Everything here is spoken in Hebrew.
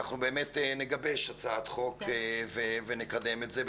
אנחנו נגבש הצעת חוק ונקדם את זה,